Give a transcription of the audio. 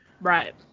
Right